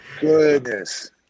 Goodness